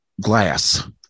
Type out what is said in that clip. glass